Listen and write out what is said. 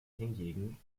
hingegen